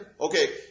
okay